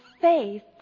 faith